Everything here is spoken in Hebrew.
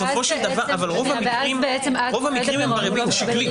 --- בסופו של דבר רוב המקרים הם בריבית השקלית.